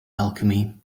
alchemy